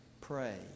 pray